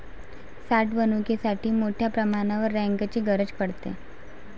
साठवणुकीसाठी मोठ्या प्रमाणावर रॅकची गरज पडते